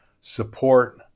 support